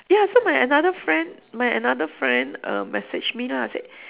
ya so my another friend my another friend err message me lah say